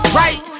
right